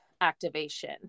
activation